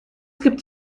gibt